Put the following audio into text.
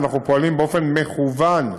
אנחנו פועלים באופן מכוון,